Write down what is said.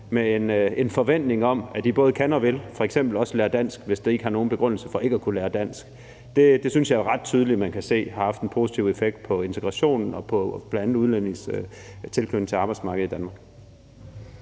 med en forventning om, at de både kan og vil, f.eks. også lære dansk, hvis de ikke har nogen begrundelse for ikke at lære dansk, kan man ret tydeligt se har haft en positiv effekt på integrationen og på bl.a. udlændinges tilknytning til arbejdsmarkedet i Danmark.